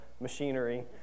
machinery